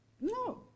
No